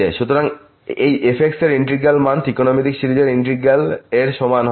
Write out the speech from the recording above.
সুতরাং এই f এর ইন্টিগ্র্যাল মান ট্রিকোণমিতিক সিরিজের ইন্টিগ্র্যাল এর সমান হবে